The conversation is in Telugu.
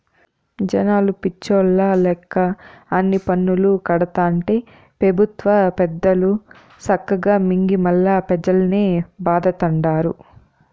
జనాలు పిచ్చోల్ల లెక్క అన్ని పన్నులూ కడతాంటే పెబుత్వ పెద్దలు సక్కగా మింగి మల్లా పెజల్నే బాధతండారు